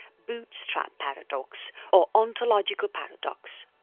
bootstrap paradox or ontological paradox.